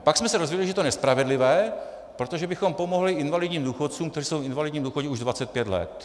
Pak jsme se dozvěděli, že je to nespravedlivé, protože bychom pomohli invalidním důchodcům, kteří jsou v invalidním důchodu už 25 let.